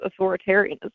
authoritarianism